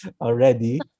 already